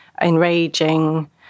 enraging